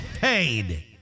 paid